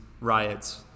riots